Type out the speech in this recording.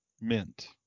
Mint